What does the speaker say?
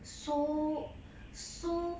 so so